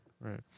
Right